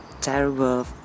terrible